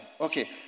okay